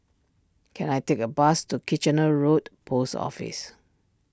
can I take a bus to Kitchener Road Post Office